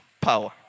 power